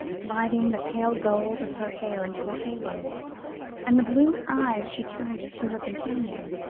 lighting the pale gold of her hair into a halo and the blue eyes she turned to her companion,